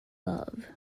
love